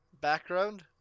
background